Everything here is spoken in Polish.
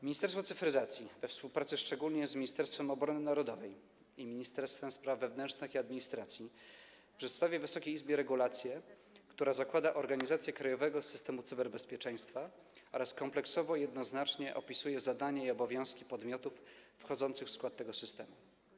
Ministerstwo Cyfryzacji, szczególnie we współpracy z Ministerstwem Obrony Narodowej i Ministerstwem Spraw Wewnętrznych i Administracji, przedstawia Wysokiej Izbie regulację, która zakłada organizację krajowego systemu cyberbezpieczeństwa oraz kompleksowo i jednoznacznie opisuje zadania i obowiązki podmiotów wchodzących w skład tego systemu.